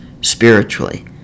spiritually